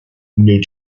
new